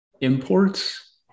imports